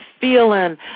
feeling